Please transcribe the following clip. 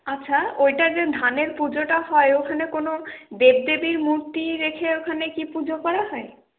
আচ্ছা ওইটা যে ধানের পুজোটা হয় ওখানে কোনও দেবদেবীর মূর্তি রেখে ওখানে কি পুজো করা হয়